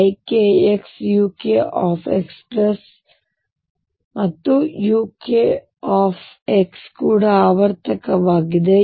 kxeikxuk ಮತ್ತು uk ಕೂಡ ಆವರ್ತಕವಾಗಿದೆ